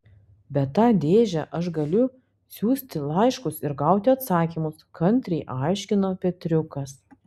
bet ta dėže aš galiu siųsti laiškus ir gauti atsakymus kantriai aiškino petriukas